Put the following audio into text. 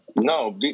no